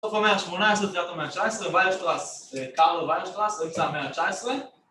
‫הסוף המאה ה-18, התחילת המאה ה-19, ‫ווינשטרס, קרל ווינשטרס... ‫אמצע המאה ה-19.